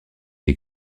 des